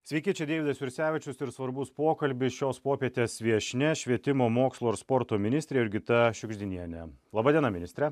sveiki čia deividas jursevičius ir svarbus pokalbis šios popietės viešnia švietimo mokslo ir sporto ministrė jurgita šiugždinienė laba diena ministre